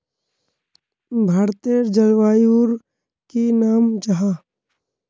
भारतेर जलवायुर की नाम जाहा?